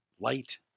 light